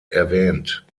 erwähnt